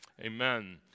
Amen